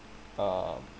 um